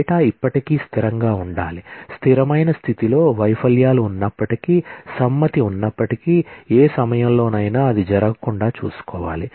data ఇప్పటికీ స్థిరంగా ఉండాలి స్థిరమైన స్థితిలో వైఫల్యాలు ఉన్నప్పటికీ సమ్మతి ఉన్నప్పటికీ ఏ సమయంలోనైనా అది జరగకుండా చూసుకోవాలి